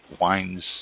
wine's